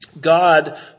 God